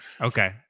okay